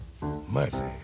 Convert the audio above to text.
Mercy